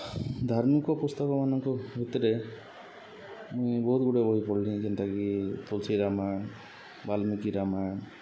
ଧାର୍ମିକ ପୁସ୍ତକମାନଙ୍କ ଭିତ୍ରେ ମୁଇଁ ବହୁତ୍ ଗୁଡ଼େ ବହି ପଢ଼୍ଲି ଯେନ୍ତାକି ତୁଲ୍ସୀ ରାମାୟଣ୍ ବାଲ୍ମୀକି ରାମାୟଣ୍